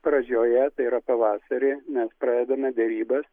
pradžioje tai yra pavasarį mes pradedame derybas